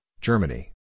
Germany